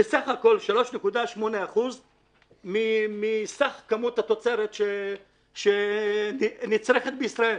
בסך הכול 3.8% מסך כמות התוצרת שנצרכת בישראל.